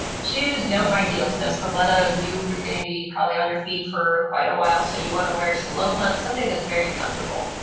choose no high heels, no stilettos. you are going to be probably on your feet for quite a while so you want to wear some low pumps. something that's very comfortable.